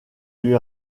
lui